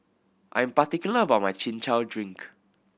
I am particular about my Chin Chow drink